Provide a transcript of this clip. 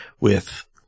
with-